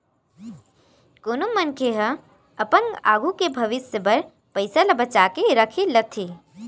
कोनो मनखे ह अपन आघू के भविस्य बर पइसा ल बचा के राख लेथे